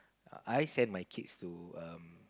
I send my kids to um